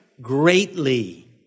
greatly